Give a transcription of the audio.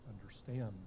understand